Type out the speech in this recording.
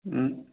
ம்